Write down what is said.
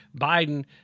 Biden